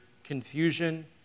Confusion